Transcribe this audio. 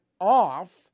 off